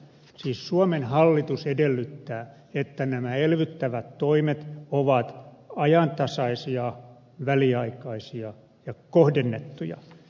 siis suomen hallitus edellyttää että nämä elvyttävät toimet ovat ajantasaisia väliaikaisia ja kohdennettuja